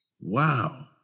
Wow